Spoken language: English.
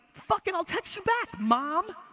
fuckin', i'll text you back, mom!